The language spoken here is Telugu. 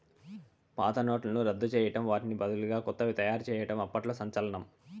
పాత నోట్లను రద్దు చేయడం వాటి బదులు కొత్తవి తయారు చేయడం అప్పట్లో సంచలనం